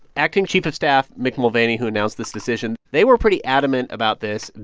acting chief of staff mick mulvaney, who announced this decision, they were pretty adamant about this,